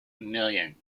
million